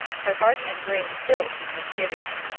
her heart and brain filled with misgivings.